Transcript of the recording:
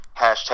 hashtag